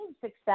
success